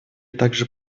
также